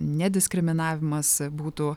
nediskriminavimas būtų